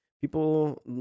People